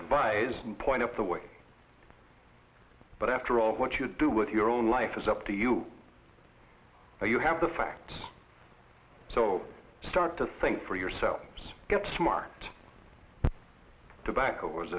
advise point of the way but after all what you do with your own life is up to you or you have the facts so start to think for yourself get smart tobacco